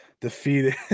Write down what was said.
defeated